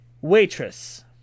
Waitress